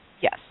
Yes